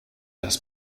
das